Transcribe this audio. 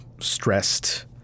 stressed